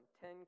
ten